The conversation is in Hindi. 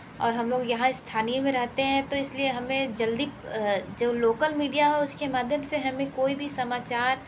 और हम लोग यहाँ स्थानीय में रहते हैं तो इस लिए हमें जल्दी जो लोकल मीडिया है उस के माध्यम से कोई भी समाचार